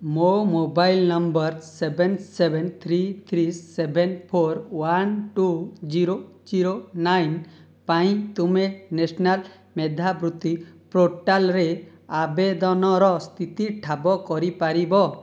ମୋ mobile number seven seven three three seven four one two zero zero nine ପାଇଁ ତୁମେ national ମେଧାବୃତ୍ତି ପୋର୍ଟାଲରେ ଆବେଦନର ସ୍ଥିତି ଠାବ କରିପାରିବ